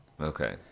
Okay